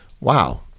wow